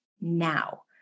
now